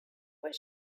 what